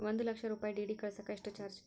ಒಂದು ಲಕ್ಷ ರೂಪಾಯಿ ಡಿ.ಡಿ ಕಳಸಾಕ ಎಷ್ಟು ಚಾರ್ಜ್?